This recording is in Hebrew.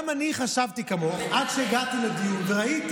גם אני חשבתי כמוך עד שהגעתי לדיון וראיתי